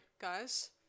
guys